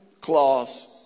cloths